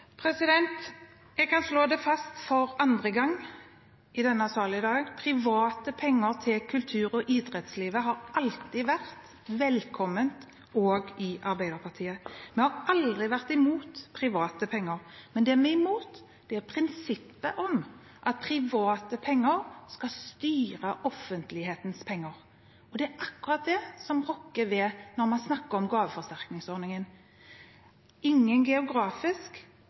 Jeg kan slå det fast for andre gang i denne salen i dag: Private penger til kultur- og idrettslivet har alltid vært velkommen også i Arbeiderpartiet. Vi har aldri vært imot private penger. Men det vi er imot, er prinsippet om at private penger skal styre offentlighetens penger. Og det er akkurat det som rokkes ved når man snakker om gaveforsterkningsordningen – ingen